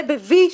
זה במהירות,